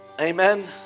amen